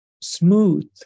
smooth